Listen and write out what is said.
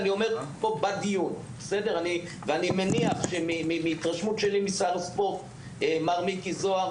ואני מניח ששר הספורט מר מיקי זוהר,